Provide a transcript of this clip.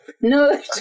No